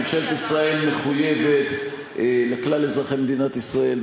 ממשלת ישראל מחויבת לכלל אזרחי מדינת ישראל,